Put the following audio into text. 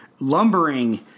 lumbering